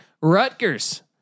Rutgers